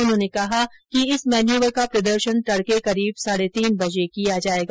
उन्होंने कहा कि इस मेन्यूवर का प्रदर्शन तड़के करीब साढ़े तीन बजे किया जाएगा